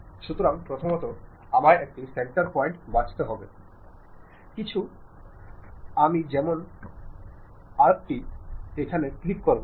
সুতরাং প্রথমত আমায় একটি সেন্টার পয়েন্ট বাছতে কিছু লোকেশনে যান আমি যেমন চাই সেইরকম আর্কটি ক্লিক করুন